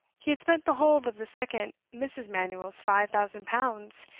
he had spent the whole of the second mrs. manuel's five thousand pounds,